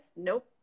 Nope